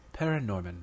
Paranorman